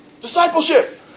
Discipleship